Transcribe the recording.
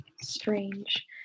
strange